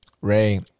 Ray